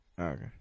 Okay